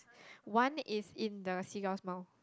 one is in the seagull's mouth